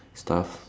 stuff